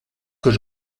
kurš